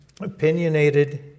opinionated